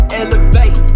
elevate